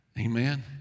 Amen